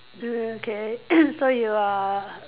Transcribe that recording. okay so you are